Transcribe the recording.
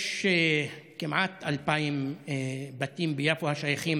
יש כמעט 2,000 בתים ביפו השייכים